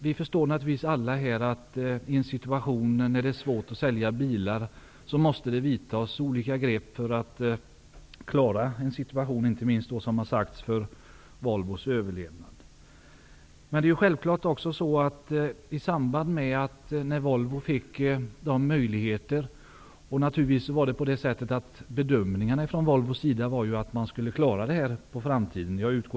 Vi förstår naturligtvis alla att det måste till olika grepp i en situation där det är svårt att sälja bilar, inte minst för Volvos överlevnad. Men när Volvo fick dessa möjligheter var bedömingen från Volvos sida att man skulle klara detta i framtiden.